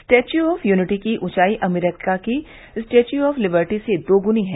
statue of unity की ऊंचाई अमरीका की स्टेच्यू ऑफ लिबर्टी से दोग्नी है